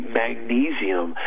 magnesium